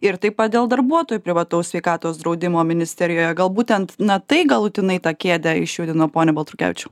ir taip pat dėl darbuotojų privataus sveikatos draudimo ministerijoje gal būtent na tai galutinai tą kėdę išjudino pone baltrukevičiau